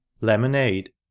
Lemonade